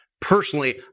personally